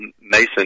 mason